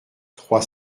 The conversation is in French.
trois